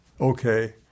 okay